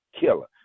Killer